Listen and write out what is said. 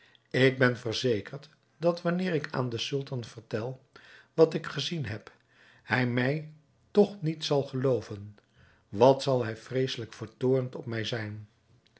ik ben verzekerd dat wanneer ik aan den sultan vertel wat ik gezien heb hij mij toch niet zal gelooven wat zal hij vreesselijk vertoornd op mij zijn